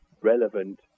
relevant